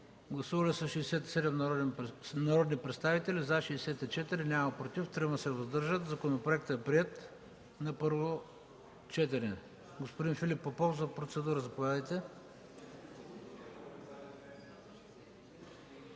Гласували 67 народни представители: за 64, против няма, въздържали се 3. Законопроектът е приет на първо четене. Господин Филип Попов – за процедура. Заповядайте.